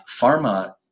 Pharma